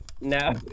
No